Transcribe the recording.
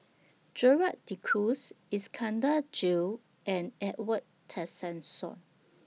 Gerald De Cruz Iskandar Jalil and Edwin Tessensohn